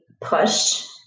push